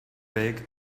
big